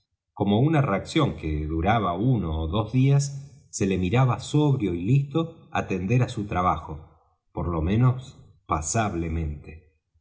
como una reacción que duraba uno ó dos días se le miraba sobrio y listo atender á su trabajo por lo menos